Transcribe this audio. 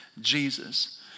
Jesus